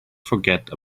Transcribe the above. forget